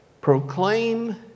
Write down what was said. Proclaim